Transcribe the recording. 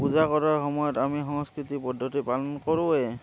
পূজা কৰাৰ সময়ত আমি সংস্কৃতি পদ্ধতি পালন কৰোঁৱে